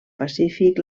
pacífic